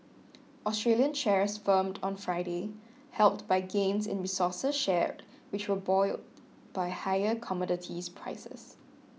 Australian shares firmed on Friday helped by gains in resources shares which were buoyed by higher commodities prices